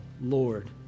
Lord